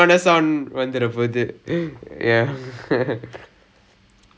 wrong sound so I'm just like oh man I'm